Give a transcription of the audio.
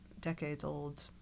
decades-old